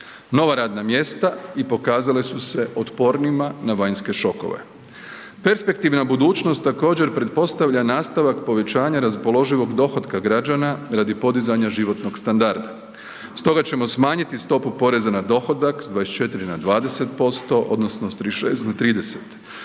nova radna mjesta i pokazala su se otpornima na vanjske šokove. Perspektivna budućnost također pretpostavlja nastavak povećanja raspoloživog dohotka građana radi podizanja životnog standarda. Stoga ćemo smanjiti stopu poreza na dohodak s 24 na 20% odnosno s 36 na 30,